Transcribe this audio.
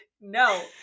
No